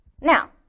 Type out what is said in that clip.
Now